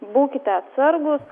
būkite atsargūs